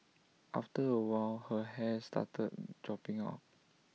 after A while her hair started dropping out